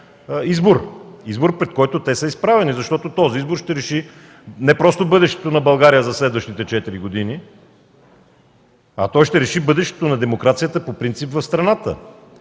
избор. Избор, пред който те са изправени, защото този избор ще реши не просто бъдещето на България за следващите четири години, а ще реши бъдещето на демокрацията по принцип в страната.